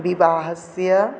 विवाहस्य